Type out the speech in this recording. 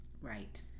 Right